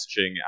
messaging